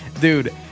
Dude